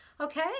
Okay